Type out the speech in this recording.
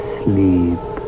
sleep